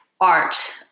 art